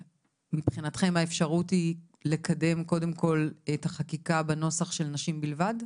מבחינתכם האפשרות היא לקדם קודם כל את החקיקה בנוסח של נשים בלבד?